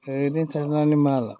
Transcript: ओरैनो थानानै मा लाब